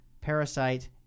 Parasite